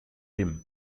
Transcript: rim